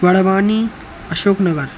Madhwani Ashok Nagar